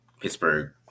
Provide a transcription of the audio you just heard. Pittsburgh